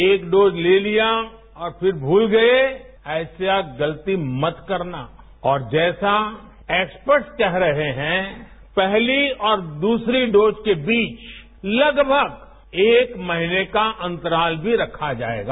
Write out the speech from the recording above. एक डोज ले लिया और फ़िर भूल गए ऐसी गलती मत करना और जैसा एक्सपर्टस कह रहे हैं पहली और दूसरी डोज के बीच लगभग एक महीने का अंतराल भी रखा जाएगा